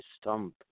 stump